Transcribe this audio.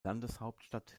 landeshauptstadt